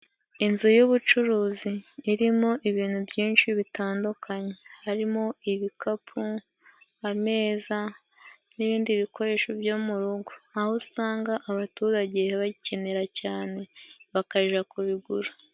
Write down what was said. Inzu y'ubucuruzi irimo ibintu byinshi bitandukanye harimo ibikapu, ameza n'ibindi bikoresho byo mu rugo aho usanga abaturage bakenera cyane bakarira kubigura.